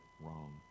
wrong